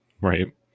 Right